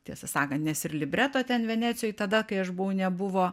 tiesą sakant nes ir libreto ten venecijoj tada kai aš buvau nebuvo